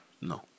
No